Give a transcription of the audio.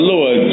Lord